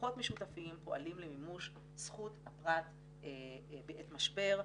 "בכוחות משותפים פועלים למימוש זכות פרט בעת משבר",